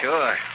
Sure